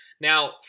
Now